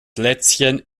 lätzchen